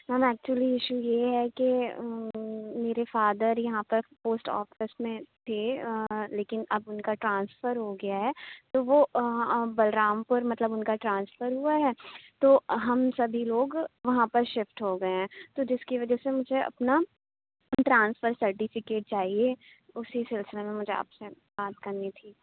میم actually issue یہ ہے کہ میرے فادر یہاں پر پوسٹ آفس میں تھے لیکن اب اُن کا ٹرانسفر ہو گیا ہے تو وہ بلرام پور مطلب اُن کا ٹرانسفر ہُوا ہے تو ہم سبھی لوگ وہاں پر شفٹ ہو گئے ہیں تو جس کی وجہ سے مجھے اپنا ٹرانسفر سرٹیفکیٹ چاہیے اُسی سلسلے میں مجھے آپ سے بات کرنی تھی